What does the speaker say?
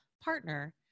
partner